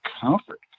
comfort